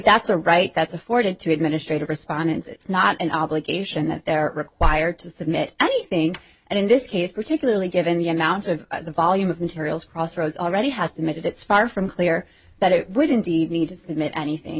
that's a right that's afforded to administrative respondents it's not an obligation that they're required to submit anything and in this case particularly given the amount of the volume of materials crossroads already has made it it's far from clear that it would indeed need to submit anything